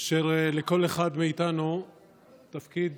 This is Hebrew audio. אשר לכל אחד מאיתנו אפילו תפקיד